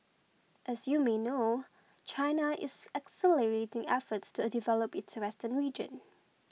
as you may know China is accelerating efforts to develop its western region